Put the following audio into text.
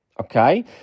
Okay